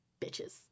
bitches